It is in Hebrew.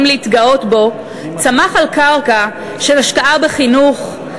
להתגאות בו צמח על קרקע של השקעה בחינוך,